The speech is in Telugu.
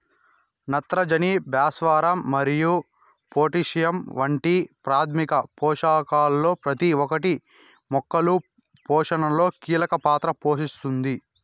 నత్రజని, భాస్వరం మరియు పొటాషియం వంటి ప్రాథమిక పోషకాలలో ప్రతి ఒక్కటి మొక్కల పోషణలో కీలక పాత్ర పోషిస్తుంది